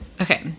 Okay